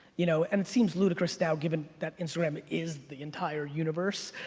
you know and it seems ludicrous now, given that instagram is the entire universe.